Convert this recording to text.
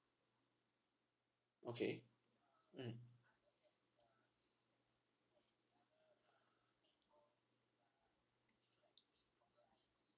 okay mm